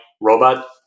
robot